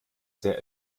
sehr